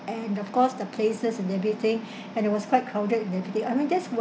and of course the places and everything and it was quite crowded and everything I mean that's